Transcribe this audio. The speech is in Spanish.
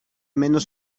menos